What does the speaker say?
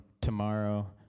tomorrow